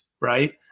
Right